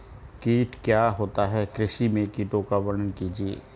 कीट क्या होता है कृषि में कीटों का वर्णन कीजिए?